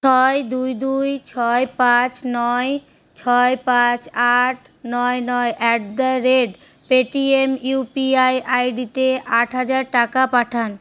ছয় দুই দুই ছয় পাঁচ নয় ছয় পাঁচ আট নয় নয় at the rate Paytm U P I আইডিতে আট হাজার টাকা পাঠান